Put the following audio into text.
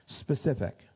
Specific